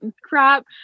Crap